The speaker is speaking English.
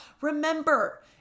remember